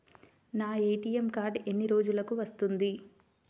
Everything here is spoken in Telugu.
నా ఏ.టీ.ఎం కార్డ్ ఎన్ని రోజులకు వస్తుంది?